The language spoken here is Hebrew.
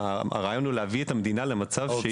הרעיון הוא להביא את המדינה למצב שהיא ערוכה.